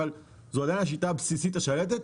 אבל זו עדיין השיטה הבסיסית השלטת,